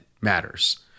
matters